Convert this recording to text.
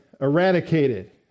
eradicated